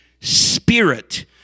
spirit